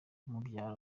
mubyara